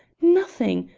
nothing!